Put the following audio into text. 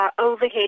overhead